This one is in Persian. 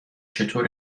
چطور